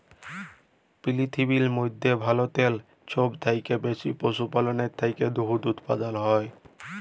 পিরথিবীর মইধ্যে ভারতেল্লে ছব থ্যাইকে বেশি পশুপাললের থ্যাইকে দুহুদ উৎপাদল হ্যয়